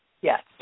Yes